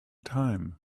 time